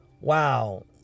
wow